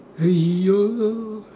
are you